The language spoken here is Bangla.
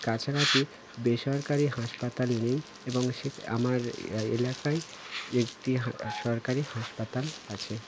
কাছাকাছি বেসরকারি হাসপাতাল নেই এবং সে আমার এ এলাকায় একটি সরকারি হাসপাতাল আছে